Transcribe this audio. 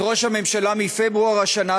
את ראש הממשלה מפברואר השנה,